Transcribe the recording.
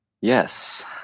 Yes